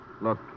Look